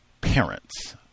parents